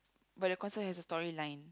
but the concert has the story line